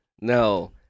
No